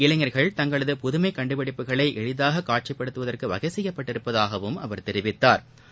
இளைஞர்கள் தங்களது புதுமை கண்டுபிடிப்புகளை எளிதாக காட்சிப்படுத்துவதற்கு வகை செய்யப்பட்டிருப்பதாகவும் அவர் தெரிவித்தாா்